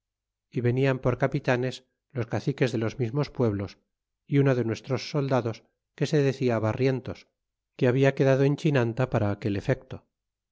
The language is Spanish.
y venian por capitanes los caciques de los mismos pueblos é uno de nuestros soldados que se decia barrientos que habla quedado en chinanta para aquel efecto